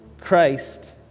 Christ